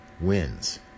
wins